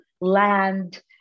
land